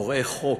פורעי חוק,